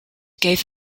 gave